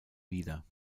wider